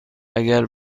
اگر